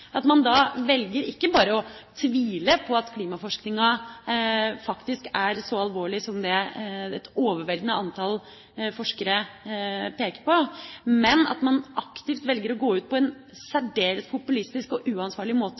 at man da velger ikke bare å tvile på klimaforskningen og på at det faktisk er så alvorlig som det et overveldende antall forskere peker på, men aktivt velger å gå ut på en særdeles populistisk og uansvarlig måte,